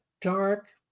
dark